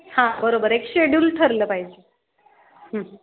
हां बरोबर एक शेड्युल ठरलं पाहिजे